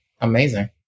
amazing